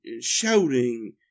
shouting